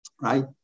right